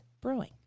Brewing